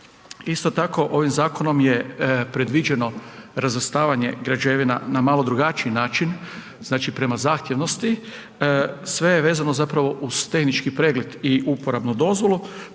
Isto tako, ovim zakonom je predviđeno razvrstavanje građevina na malo drugačiji način, znači, prema zahtjevnosti, sve je vezano zapravo uz tehnički pregled i uporabnu dozvolu,